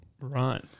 Right